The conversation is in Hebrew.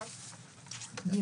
יבוא: "(ג)